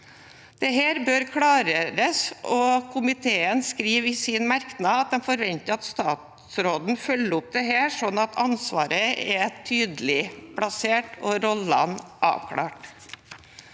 Dette bør klargjøres. Komiteen skriver i sin merknad at en forventer at statsråden følger opp dette, sånn at ansvaret er tydelig plassert og rollene avklart.